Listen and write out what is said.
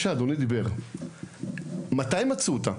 כמו שאדוני דיבר, מתי מצאו אותה?